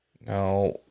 now